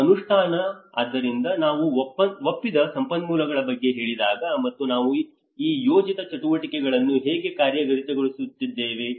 ಮತ್ತು ಅನುಷ್ಠಾನ ಆದ್ದರಿಂದ ನಾವು ಒಪ್ಪಿದ ಸಂಪನ್ಮೂಲಗಳ ಬಗ್ಗೆ ಹೇಳಿದಾಗ ಮತ್ತು ನಾವು ಈ ಯೋಜಿತ ಚಟುವಟಿಕೆಗಳನ್ನು ಹೇಗೆ ಕಾರ್ಯಗತಗೊಳಿಸಲಿದ್ದೇವೆ